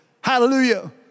Hallelujah